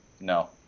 No